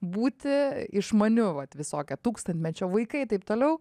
būti išmaniu vat visokia tūkstantmečio vaikai taip toliau